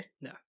No